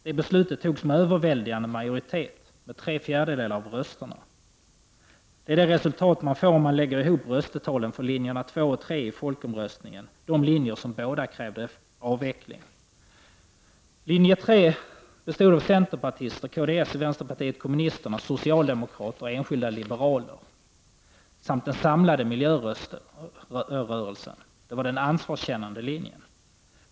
Det beslutet fattades med överväldigande majoritet — med tre fjärdedelar av rösterna. Det är det resultat man får om man lägger ihop röstetalen för linjerna 2 och 3 i folkomröstningen, de linjer som båda krävde avveckling. Linje 3, bestående av centerpartiet, kds, vänsterpartiet kommunisterna, socialdemokrater och enskilda liberaler samt den samlade miljörörelsen, var den ansvarskännande linjen.